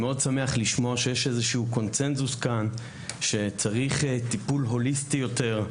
לשמוע שיש איזה קונצנזוס כאן שצריך טיפול הוליסטי יותר,